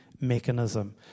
mechanism